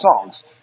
songs